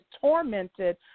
tormented